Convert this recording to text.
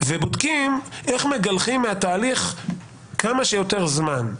ובודקים איך מגלחים מהתהליך כמה שיותר זמן.